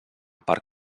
part